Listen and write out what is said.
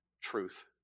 truth